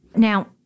Now